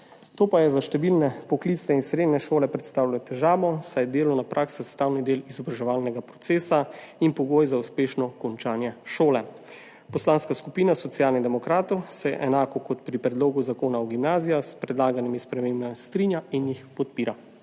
To pa je za številne poklicne in srednje šole predstavljalo težavo, saj je delovna praksa sestavni del izobraževalnega procesa in pogoj za uspešno končanje šole. Poslanska skupina Socialnih demokratov se, enako kot pri predlogu zakona o gimnazijah, s predlaganimi spremembami strinja in jih podpira.